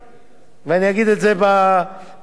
אמרתי את זה ברישא, ואני אגיד את זה בסיפא.